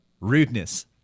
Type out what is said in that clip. Rudeness